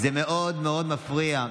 זה מאוד מאוד מפריע,